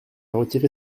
retirer